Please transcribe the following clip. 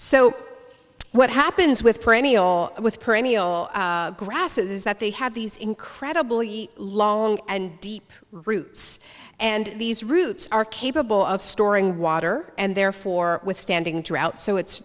so what happens with perennial with perennial grasses is that they have these incredibly long and deep roots and these roots are capable of storing water and therefore withstanding drought so it's